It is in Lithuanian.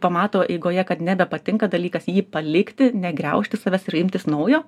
pamato eigoje kad nebepatinka dalykas jį palikti negriaužti savęs ir imtis naujo